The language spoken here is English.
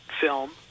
film